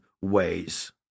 ways